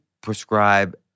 prescribe